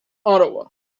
ottawa